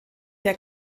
der